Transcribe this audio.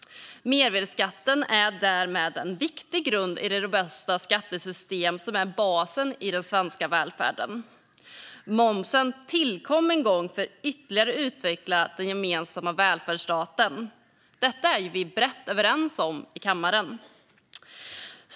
Mervärdesskatten är därmed en viktig grund i det robusta skattesystem som är basen i den svenska välfärden. Momsen tillkom en gång för att ytterligare utveckla den gemensamma välfärdsstaten. Detta är vi brett överens om i kammaren.